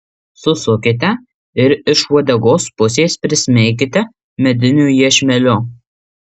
susukite ir iš uodegos pusės prismeikite mediniu iešmeliu